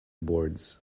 boards